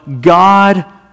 God